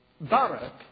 Barak